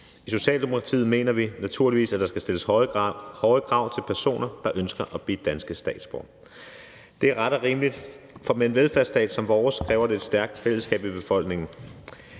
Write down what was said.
I Socialdemokratiet mener vi naturligvis, at der skal stilles høje krav til personer, der ønsker at blive danske statsborgere. Det er ret og rimeligt, for med en velfærdsstat som vores kræver det et stærkt fællesskab i befolkningen.